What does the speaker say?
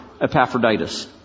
Epaphroditus